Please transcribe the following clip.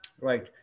Right